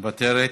מוותרת,